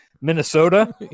Minnesota